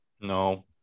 No